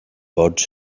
birds